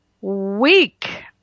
week